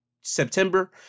September